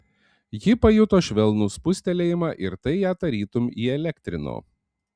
ji pajuto švelnų spustelėjimą ir tai ją tarytum įelektrino